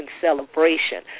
celebration